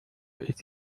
ist